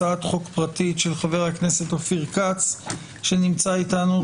הצעת חוק פרטית של חה"כ אופיר כץ שנמצא איתנו.